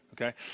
okay